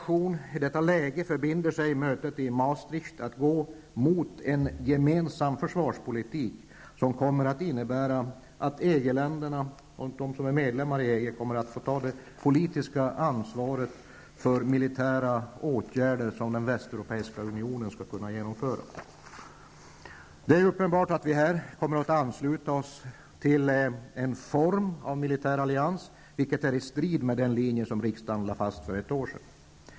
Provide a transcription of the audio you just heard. I detta läge förbinder man sig på mötet i Maastricht att närma sig en gemensam försvarspolitik, som kommer att innebära att EGs medlemsländer kan få ta det politiska ansvaret för militära åtgärder som den västeuropeiska unionen skall kunna genomföra. Det är uppenbart att vi här kommer att ansluta oss till en form av militär allians, vilket är i strid med den linje som riksdagen lade fast för ett år sedan.